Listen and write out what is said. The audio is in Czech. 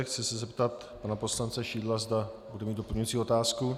Chci se zeptat pana poslance Šidla, zda bude mít doplňující otázku.